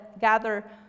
gather